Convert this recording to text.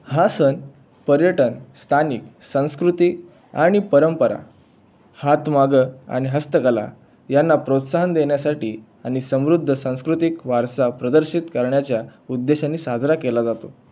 हा सण पर्यटन स्थानिक संस्कृती आणि परंपरा हातमाग आणि हस्तकला यांना प्रोत्साहन देण्यासाठी आणि समृद्ध सांस्कृतिक वारसा प्रदर्शित करण्याच्या उद्देशाने साजरा केला जातो